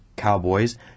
cowboys